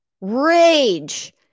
rage